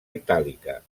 itàlica